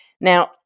Now